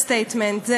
אנדרסטייטמנט.